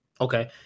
Okay